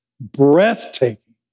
breathtaking